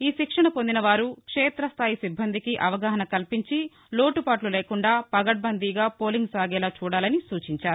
ఈశిక్షణ పొందిన వారు క్షేత స్టాయి సిబ్బందికి అవగాహన కల్పించి లోటుపాట్లు లేకుండా పకడ్బందీగా పోలింగ్ సాగేలా చూడాలని సూచించారు